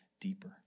deeper